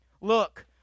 Look